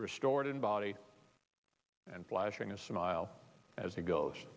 restored in body and flashing a smile as he goes